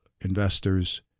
investors